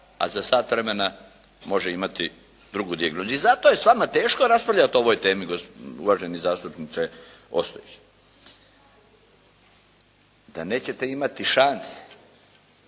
a za sat vremena može imati drugu dijagnozu. I zato je s vama teško raspravljati o ovoj temi uvaženi zastupniče Ostojić. Da nećete imati šanse